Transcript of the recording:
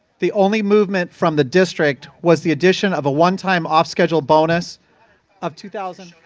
the only movement from the district was the decision of a one-time off schedule bonus of two thousand